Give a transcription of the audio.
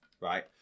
right